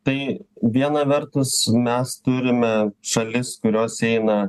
tai viena vertus mes turime šalis kurios eina